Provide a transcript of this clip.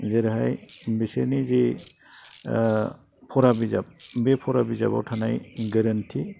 जेरैहाय बेसोरनि जे फरा बिजाब बे फरा बिजाबाव थानाय गोरोन्थि